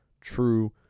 true